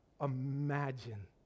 imagine